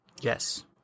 Yes